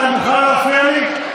אתה מוכן לא להפריע לי?